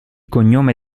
cognome